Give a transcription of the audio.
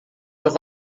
doch